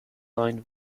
lined